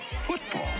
football